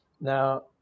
Now